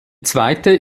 zweite